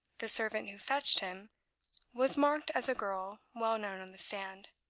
the servant who fetched him was marked as a girl well known on the stand.